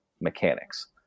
mechanics